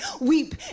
weep